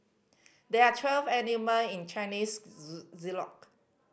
there are twelve animal in Chinese